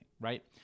Right